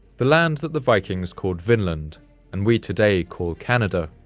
the land that the vikings called vinland and we today call canada,